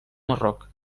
marroc